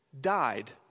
died